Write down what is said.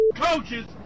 coaches